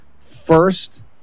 first